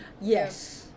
yes